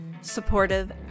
supportive